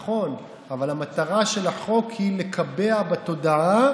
נכון, אבל המטרה של החוק היא לקבע בתודעה: